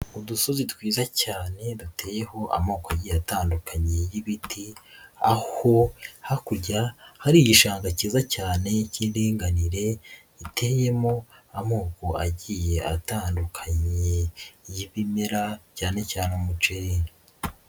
Udusozi twiza cyane duteyeho amoko agiye atandukanye y'ibiti, aho hakurya hari igishanga cyiza cyane cy'indinganire giteyemo amoko agiye atandukanye y'ibimera cyane cyane umuceri.